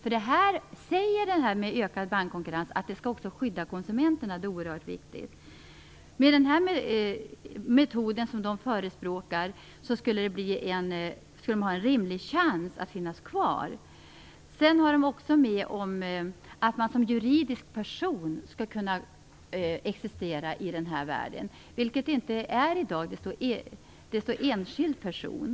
I förslaget till ökad bankkonkurrens sägs också att konsumenten skall skyddas, vilket är oerhört viktigt. Med den metod som Nordiska sparlån förespråkar skulle de få en rimlig chans att finnas kvar. De anser också att man som juridisk person skall kunna existera i den här världen, vilket man inte kan i dag. I förslaget står det enskild person.